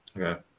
Okay